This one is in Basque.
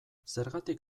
zergatik